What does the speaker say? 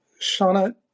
Shauna